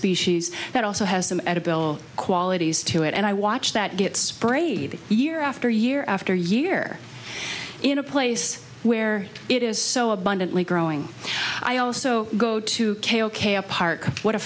species that also has them at a bill qualities to it and i watch that gets prayed year after year after year in a place where it is so abundantly growing i also go to k ok a park what a